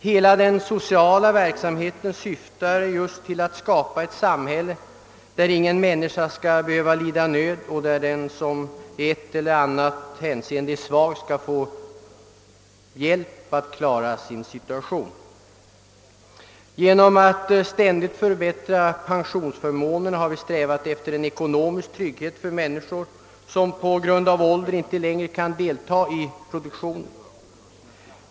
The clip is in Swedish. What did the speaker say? Hela den sociala verksamheten syftar just till att skapa ett samhälle i vilket ingen människa skall behöva lida nöd och i vilket den som i ett eller annat hänseende är svag skall få hjälp att klara sin situation. Genom att ständigt förbättra pensionsförmånerna har vi strävat efter ekonomisk trygghet för människor som på grund av ålder inte längre kan delta i produktionen.